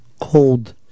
cold